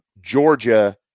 Georgia